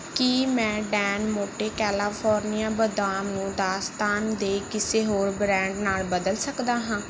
ਕੀ ਮੈਂ Don Monte California ਬਦਾਮ ਨੂੰ ਦਾਸਤਾਨ ਦੇ ਕਿਸੇ ਹੋਰ ਬ੍ਰਾਂਡ ਨਾਲ ਬਦਲ ਸਕਦਾ ਹਾਂ